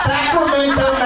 Sacramento